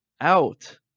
out